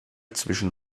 zwischen